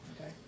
Okay